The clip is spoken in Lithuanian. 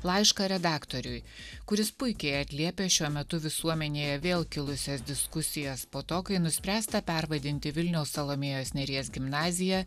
laišką redaktoriui kuris puikiai atliepia šiuo metu visuomenėje vėl kilusias diskusijas po to kai nuspręsta pervadinti vilniaus salomėjos nėries gimnaziją